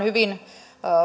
hyvin